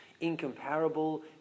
incomparable